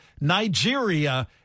Nigeria